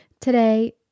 Today